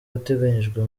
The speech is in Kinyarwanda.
uteganyijwe